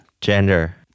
Gender